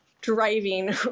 driving